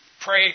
Pray